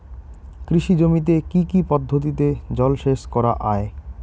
কৃষি জমিতে কি কি পদ্ধতিতে জলসেচ করা য়ায়?